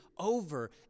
Over